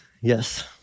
Yes